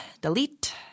delete